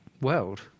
world